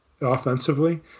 offensively